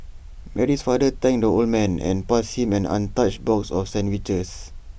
Mary's father thanked the old man and passed him an untouched box of sandwiches